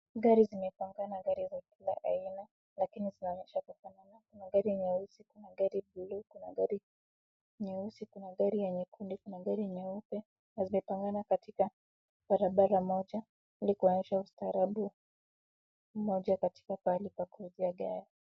Gari zimepangana gari za kila aina lakini zinaonyesha kufanana. kuna gari nyeusi, kuna gari blue ,kuna gari nyekundu na kuna gari nyeupe na zimepangana katika barabara moja hili kuonyesha ustaarabu katika mahali pa kuuzia gari.